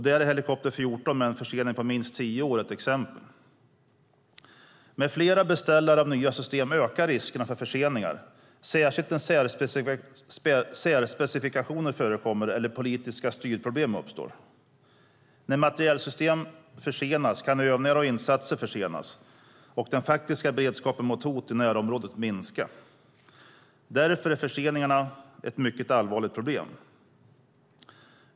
Där är helikopter 14, med en försening på minst tio år, ett exempel. Med flera beställare av nya system ökar riskerna för förseningar, särskilt när särspecifikationer förekommer eller politiska styrproblem uppstår. När materielsystem försenas kan övningar och insatser försenas och den faktiska beredskapen mot hot i närområdet minska. Därför är förseningarna ett mycket allvarligt problem.